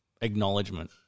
acknowledgement